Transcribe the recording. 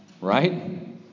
right